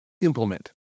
implement